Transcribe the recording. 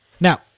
now